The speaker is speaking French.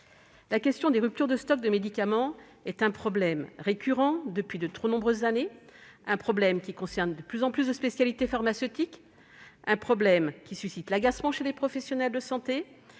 La question des ruptures de stock de médicaments est un problème récurrent depuis de trop nombreuses années ; elle touche de plus en plus de spécialités pharmaceutiques et suscite à la fois l'agacement des professionnels de santé